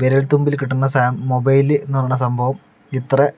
വിരൽ തുമ്പിൽ കിട്ടുന്ന സ മൊബൈൽ എന്നുപറയുന്ന സംഭവം ഇത്ര